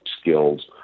skills